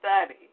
study